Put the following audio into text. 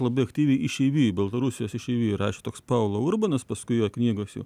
labai aktyviai išeivijoj baltarusijos išeivijoj rašė toks paulo urbonas paskui jo knygose